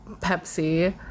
Pepsi